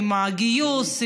עם הגיוס,